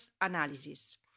analysis